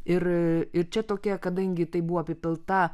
ir ir čia tokia kadangi tai buvo apipilta